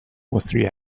مسری